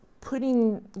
putting